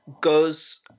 Goes